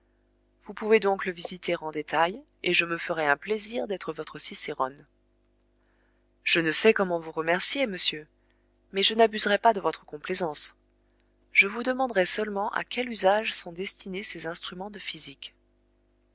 vous pouvez donc le visiter en détail et je me ferai un plaisir d'être votre cicérone je ne sais comment vous remercier monsieur mais je n'abuserai pas de votre complaisance je vous demanderai seulement à quel usage sont destinés ces instruments de physique